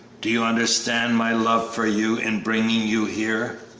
do you understand my love for you in bringing you here?